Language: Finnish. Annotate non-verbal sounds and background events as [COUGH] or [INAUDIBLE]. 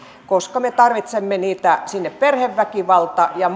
koska me tarvitsemme niitä sinne perheväkivalta ja [UNINTELLIGIBLE]